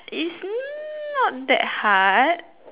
is not that hard